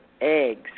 eggs